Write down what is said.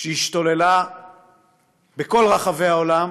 שהשתוללה בכל רחבי העולם